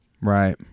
Right